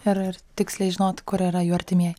ir ir tiksliai žinot kur yra jų artimieji